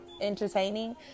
entertaining